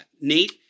Nate